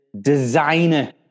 Designer